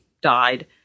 died